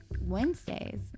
Wednesdays